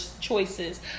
choices